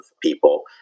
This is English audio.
people